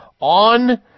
on